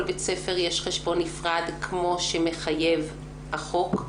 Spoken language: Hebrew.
בית ספר יש חשבון נפרד כמו שמחייב החוק,